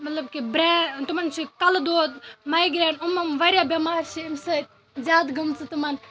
مطلب کہِ برٮ۪ن تِمَن چھِ کَلہٕ دود مَیگرین یِم یِم واریاہ بیمارِ چھِ أمہِ سۭتۍ زیادٕ گٔمژٕ تِمَن